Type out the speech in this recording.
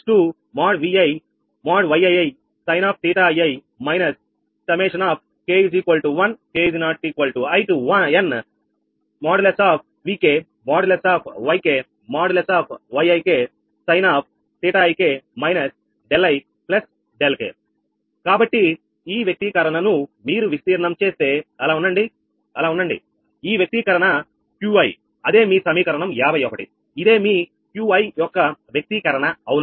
dQidVi −2|Vi||Yii| sinƟii - k1 k≠in|Vk||Yk ||Yik | sinƟik δi δk కాబట్టి ఈ వ్యక్తీకరణను మీరు విస్తీర్ణం చేస్తే అలా ఉండండి ఈ వ్యక్తీకరణ Qi అదేమీ సమీకరణం 51 ఇదే మీ Qi యొక్క వ్యక్తీకరణ అవునా